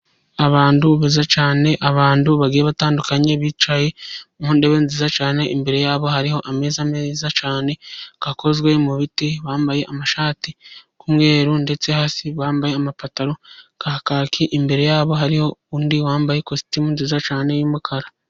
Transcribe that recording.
Abantu beza cyane, abantu bagiye batandukanye bicaye mu ntebe nziza cyane, imbere yabo hariho ameza meza cyane akozwe mu biti, bambaye amashati y'umweru, ndetse hasi bambaye amapantaro ya kaki, imbere yabo hariho undi wambaye ikositimu nziza cyane y'umukara.